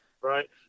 Right